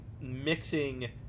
mixing